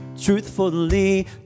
truthfully